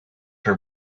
her